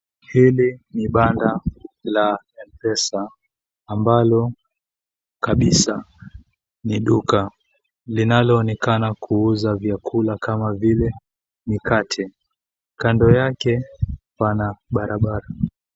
Hili ni banda la mpesa ambalo kabisa ni duka linalo onekana kuuza vyakula kama vile, mikate. Kando yake pana barabara.